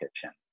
kitchen